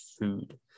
food